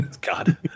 God